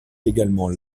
également